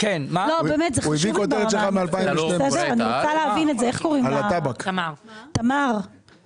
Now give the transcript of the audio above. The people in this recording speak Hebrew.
אני חושבת שאני יכולה להגיד לך באופן לא מדויק אבל אני חושבת